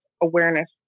Awareness